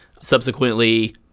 subsequently